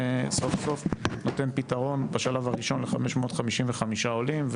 סוף סוף נותן פתרון בשלב הראשון ל-555 עולים,